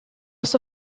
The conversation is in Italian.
sua